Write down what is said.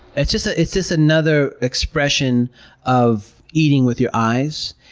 it's just it's just another expression of eating with your eyes.